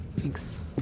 Thanks